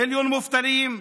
מיליון מובטלים,